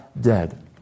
dead